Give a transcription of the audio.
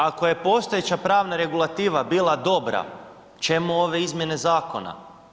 Ako je postojeća pravna regulativa bila dobra, čemu ove izmjene zakona?